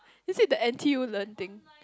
is it the N_T_U-learn thing